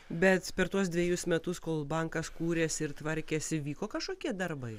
bet per tuos dvejus metus kol bankas kūrėsi ir tvarkėsi vyko kažkokie darbai